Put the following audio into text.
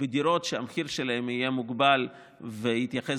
בדירות שהמחיר שלהן יהיה מוגבל ויתייחס